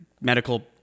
medical